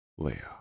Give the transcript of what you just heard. Leia